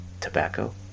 Tobacco